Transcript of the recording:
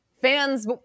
fans